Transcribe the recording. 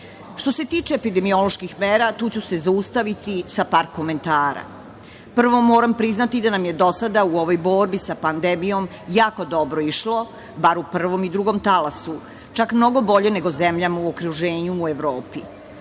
se tiče epidemioloških mera tu ću se zaustaviti sa par komentara. Prvo, moram priznati da nam je dosada u ovoj borbi sa pandemijom jako dobro išlo, bar u prvom i drugom talasu čak mnogo bolje zemljama u okruženju u Evropi,